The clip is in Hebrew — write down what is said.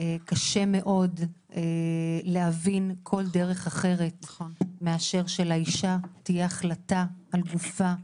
קשה מאוד להבין כל דרך אחרת מאשר שלאישה תהיה החלטה על גופה,